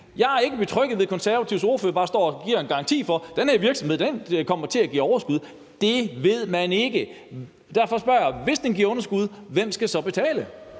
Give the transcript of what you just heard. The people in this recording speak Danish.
Jeg er ikke betrygget ved, at Konservatives ordfører bare står og giver en garanti for, at den her virksomhed kommer til at give overskud. Det ved man ikke! Derfor spørger jeg: Hvis den giver underskud, hvem skal så betale?